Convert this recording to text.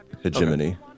Hegemony